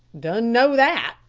dun know that,